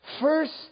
first